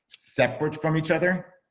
separate from each other?